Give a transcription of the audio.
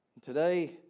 Today